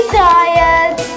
tired